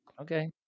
Okay